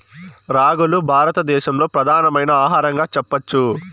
రాగులు భారత దేశంలో ప్రధానమైన ఆహారంగా చెప్పచ్చు